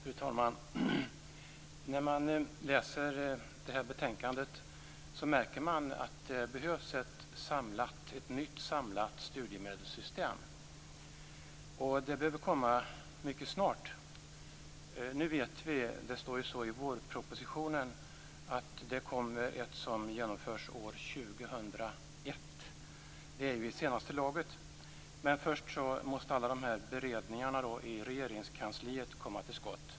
Fru talman! När man läser betänkandet märker man att det behövs ett nytt samlat studiemedelssystem. Det behöver komma mycket snart. Nu vet vi, det står ju i vårpropositionen, att det kommer ett som genomförs år 2001. Det är ju i senaste laget. Men först måste alla beredningarna i Regeringskansliet komma till skott.